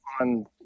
on